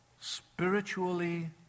spiritually